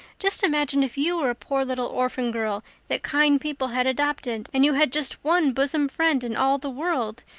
just imagine if you were a poor little orphan girl that kind people had adopted and you had just one bosom friend in all the world.